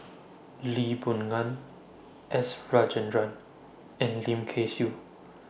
Lee Boon Ngan S Rajendran and Lim Kay Siu